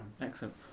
Excellent